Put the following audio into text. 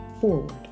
forward